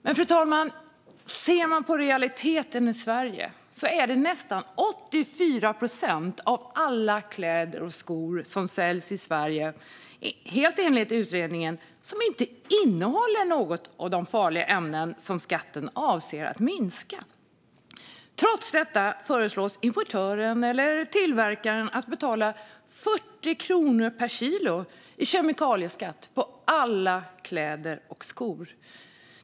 Men, fru talman, enligt utredningen är det i realiteten så att 84 procent av alla kläder och skor som säljs i Sverige inte innehåller något av de farliga ämnen som skatten avser att minska. Trots detta föreslås att importören eller tillverkaren ska betala 40 kronor per kilo i kemikalieskatt på alla kläder och skor.